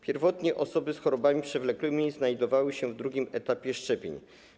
Pierwotnie osoby z chorobami przewlekłymi znajdowały się w II etapie szczepień.